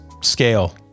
scale